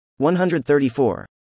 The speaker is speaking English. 134